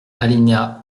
alinéa